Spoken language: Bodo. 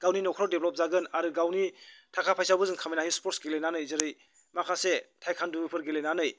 गावनि न'खर देभलप जागोन आरो गावनि थाखा फैसाबो जों खामायनो हायो स्पर्ट्स गेलेनानै जेरै माखासे टाइख्व'न्द'फोर गेलेनानै